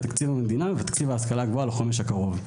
ותקציב המדינה ותקציב ההשכלה הגבוהה לחומש הקרוב.